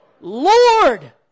Lord